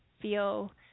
feel